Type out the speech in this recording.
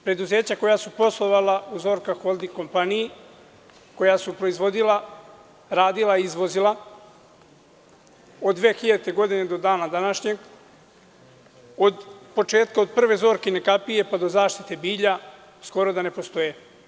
Preduzeća koja su poslovala u „Zorka holding“ kompaniji, koja su proizvodila, radila i izvozila od 2000. godine do dana današnjeg, od prve „Zorkine“ kapije, pa do zaštite bilja, skoro da ne postoje.